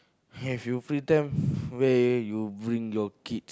have you free time where you bring your kid